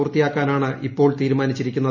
പൂർത്തിയാക്കാനാണ് ഇപ്പോൾ തീരുമാനിച്ചിരിക്കുന്നത്